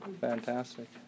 Fantastic